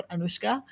Anushka